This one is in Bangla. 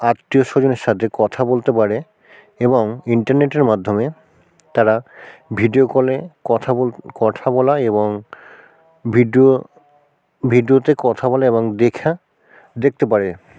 আত্মীয়স্বজনের সাথে কথা বলতে পারে এবং ইন্টারনেটের মাধ্যমে তারা ভিডিও কলে কথা বল কথা বলা এবং ভিডিও ভিডিওতে কথা বলা এবং দেখা দেখতে পারে